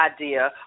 idea